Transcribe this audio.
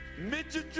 Mitchell